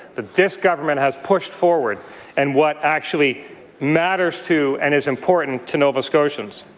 that this government has pushed forward and what actually matters to and is important to nova scotians.